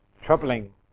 troubling